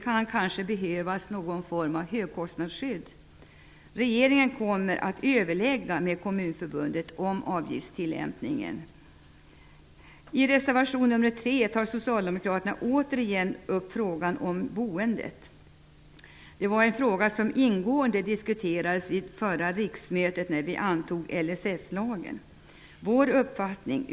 Kanske behövs någon form av högkostnadsskydd. Regeringen kommer att överlägga med Kommunförbundet om avgiftstillämpningen. I reservation nr 3 tar socialdemokraterna återigen upp frågan om boendet. Det var en fråga som diskuterades ingående vid förra riksmötet, när LSS antogs.